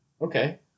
Okay